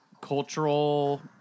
cultural